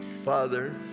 Father